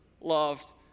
loved